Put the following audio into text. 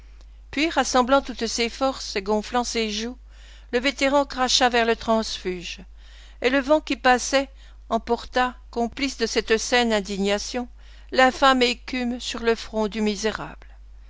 puis rassemblant toutes ses forces et gonflant ses joues le vétéran cracha vers le transfuge et le vent qui passait emporta complice de cette sainte indignation l'infâme écume sur le front du misérable